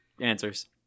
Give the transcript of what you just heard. answers